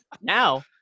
now